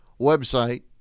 website